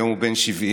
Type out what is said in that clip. היום הוא בן 70,